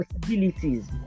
possibilities